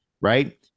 right